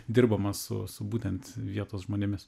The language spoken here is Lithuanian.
dirbama su su būtent vietos žmonėmis